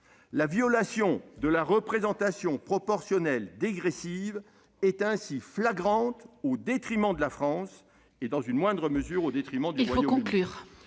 La violation du principe de représentation proportionnelle dégressive est ainsi flagrante, au détriment de la France et, dans une moindre mesure, du Royaume-Uni.